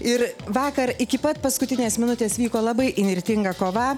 ir vakar iki pat paskutinės minutės vyko labai įnirtinga kova